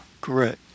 Correct